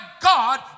God